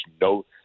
no